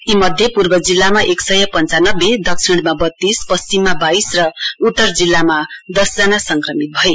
यी मध्ये पूर्व जिल्लामा एक सय पञ्चानब्बे दक्षिणमा बतीस पश्चिममा बाइस र उत्तर जिल्लामा दशजना संक्रमित भए